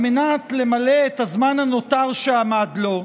על מנת למלא את הזמן הנותר שעמד לו,